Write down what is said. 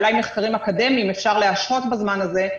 אולי מחקרים אקדמיים אפשר להשהות בזמן הזה.